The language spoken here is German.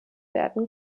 werden